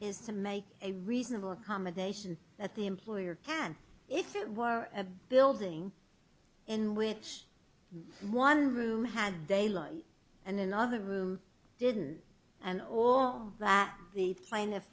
is to make a reasonable accommodation that the employer can if it were a building in which one room had daylight and another room didn't and all that the pla